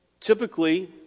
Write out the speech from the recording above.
Typically